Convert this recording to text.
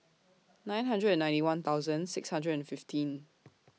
nine hundred and ninety one thousand six hundred and fifteen